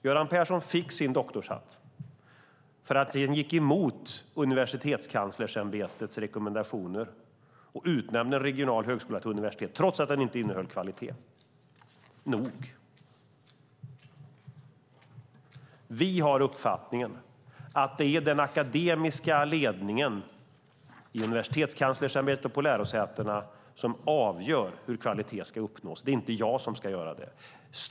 Göran Persson fick sin doktorshatt för att han gick emot Universitetskanslersämbetets rekommendationer och utnämnde en regional högskola till universitet, trots att den inte höll tillräckligt hög kvalitet. Vi har uppfattningen att det är den akademiska ledningen i Universitetskanslersämbetet och på lärosätena som avgör hur kvalitet ska uppnås. Det är inte jag som ska göra det.